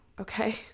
okay